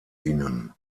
ihnen